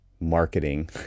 marketing